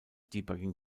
debugging